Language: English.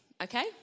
okay